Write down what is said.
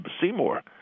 Seymour